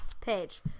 page